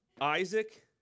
Isaac